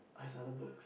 are his other books